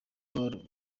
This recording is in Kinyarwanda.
paul